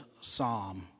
psalm